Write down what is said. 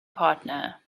partner